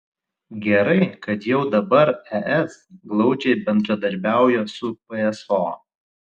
gerai kad jau dabar es glaudžiai bendradarbiauja su pso